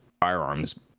firearms